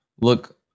look –